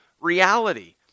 reality